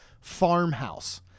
farmhouse